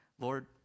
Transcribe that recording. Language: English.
Lord